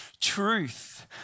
truth